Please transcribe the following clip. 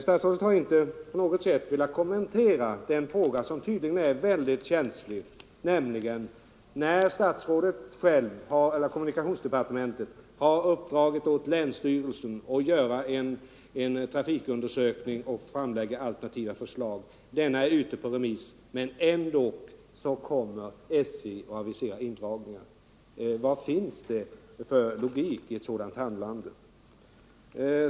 Statsrådet har inte på något sätt velat kommentera den fråga som jag ställde och som tydligen är mycket känslig: Här har statsrådet själv eller kommunikationsdepartementet uppdragit åt länsstyrelsen att göra en trafikundersökning och framlägga alternativa förslag, men trots att utredningen är ute på remiss aviserar SJ indragningar — vilken logik finns det i ett sådant handlande?